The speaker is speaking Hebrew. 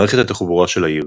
מערכת התחבורה של העיר